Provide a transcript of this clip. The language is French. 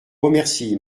remercie